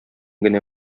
генә